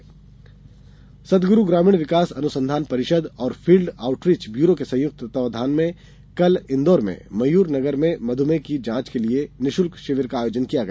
मधुमेह शिविर सद्गुरू ग्रामीण विकास अनुसंधान परिषद और फील्ड आऊटरीच ब्यूरो के संयुक्त तत्वावधान में कल इन्दौर के मयूर नगर में मधुमेह की जांच के लिए निःशुल्क शिविर का आयोजन किया गया